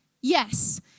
yes